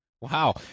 wow